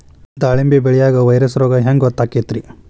ದಾಳಿಂಬಿ ಬೆಳಿಯಾಗ ವೈರಸ್ ರೋಗ ಹ್ಯಾಂಗ ಗೊತ್ತಾಕ್ಕತ್ರೇ?